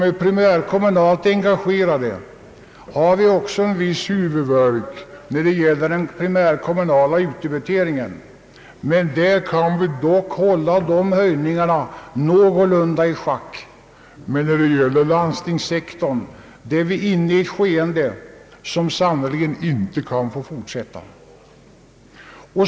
Även kommunerna har en viss huvudvärk när det gäller den primärkommunala utdebiteringen men kan någorlunda hålla igen kostnadshöjningarna. Inom landstingssektorn är man emellertid inne i ett skeende som sannerligen inte kan få fortsätta.